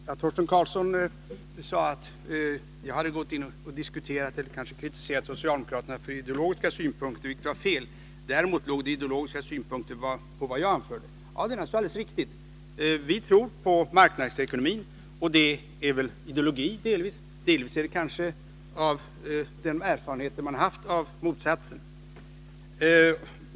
Herr talman! Torsten Karlsson sade att jag hade kritiserat socialdemokraterna för att de använt ideologiska synpunkter. Detta är fel. Men naturligtvis låg det ideologiska synpunkter i det jag anförde. Vi tror på marknadsekonomin. Det är delvis ideologi, men det bygger på de erfarenheter man gjort av motsatsen.